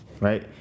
right